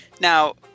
Now